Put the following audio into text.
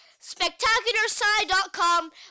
spectacularsci.com